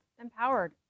empowered